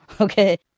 okay